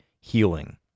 healing